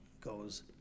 goes